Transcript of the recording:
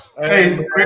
Hey